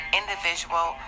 individual